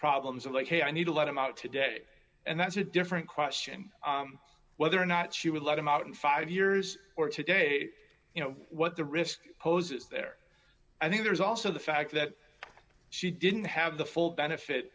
problems of like hey i need to let him out today and that's a different question whether or not she would let him out in five years or today you know what the risk poses there and then there's also the fact that she didn't have the full benefit